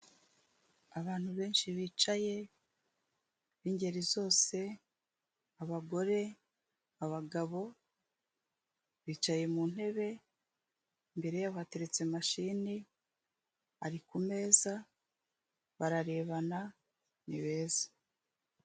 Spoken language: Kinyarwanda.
Abantu benshi bicaye b'ingeri zose, abagore, abagabo, bicaye mu ntebe, imbere yabo hateretse mashini, ari ku meza, bararebana, ni beza.